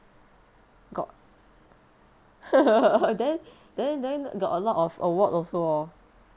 got then then then got a lot of award also hor